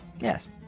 Yes